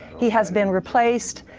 he has been replaced.